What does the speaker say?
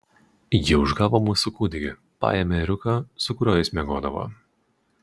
ji užgavo mūsų kūdikį paėmė ėriuką su kuriuo jis miegodavo